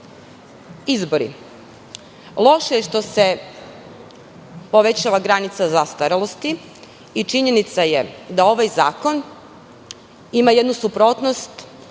izbori. Loše je što se povećava granica zastarelosti i činjenica je da ovaj zakon ima jednu suprotnost